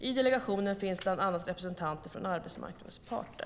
I delegationen finns bland annat representanter från arbetsmarknadens parter.